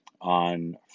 on